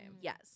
Yes